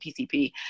PCP